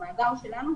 בימים האחרונים אנחנו